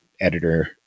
editor